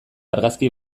argazki